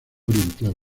oriental